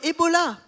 Ebola